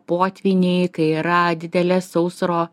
potvyniai kai yra didelės sausro